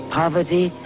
poverty